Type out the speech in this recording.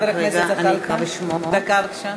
(קוראת בשם חבר הכנסת)